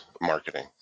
marketing